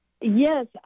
Yes